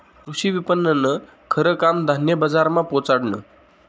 कृषी विपणननं खरं काम धान्य बजारमा पोचाडनं